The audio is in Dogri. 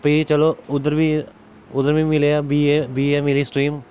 फ्ही चलो उद्धर बी उद्धर मी मिलेआ बीए बीए मिली स्ट्रीम